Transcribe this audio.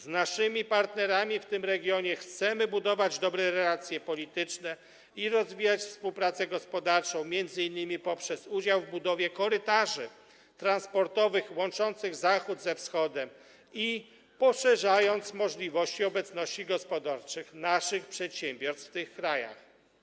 Z naszymi partnerami w tym regionie chcemy budować dobre relacje polityczne i rozwijać współpracę gospodarczą, m.in. poprzez udział w budowie korytarzy transportowych łączących Zachód ze Wschodem i poszerzając możliwości obecności gospodarczej naszych przedsiębiorstw w tych krajach.